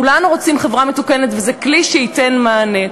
כולנו רוצים חברה מתוקנת, וזה כלי שייתן מענה.